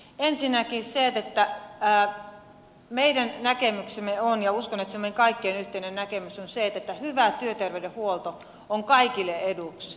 ensinnäkin meidän näkemyksemme on ja uskon että se on meidän kaikkien yhteinen näkemys että hyvä työterveydenhuolto on kaikille eduksi